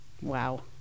Wow